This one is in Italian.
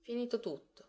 finito tutto